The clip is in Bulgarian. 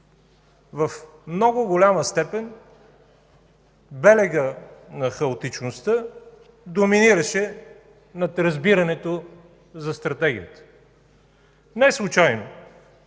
в много голяма степен белегът на хаотичността доминираше над разбирането за стратегията. Неслучайно